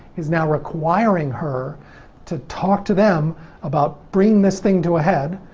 is now requiring her to talk to them about bringing this thing to a head,